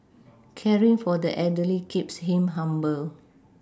caring for the elderly keeps him humble